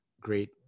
great